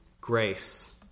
grace